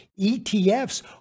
ETFs